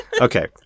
okay